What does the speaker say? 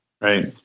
Right